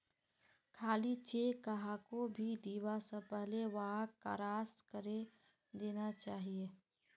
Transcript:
खाली चेक कहाको भी दीबा स पहले वहाक क्रॉस करे देना चाहिए